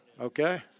okay